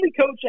coach